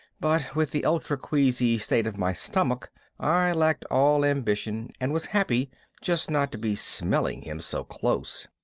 but with the ultra-queasy state of my stomach i lacked all ambition and was happy just not to be smelling him so close.